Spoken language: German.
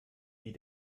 wie